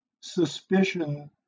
suspicion